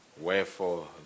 wherefore